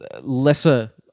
lesser